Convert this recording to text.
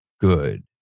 good